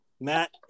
matt